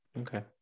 Okay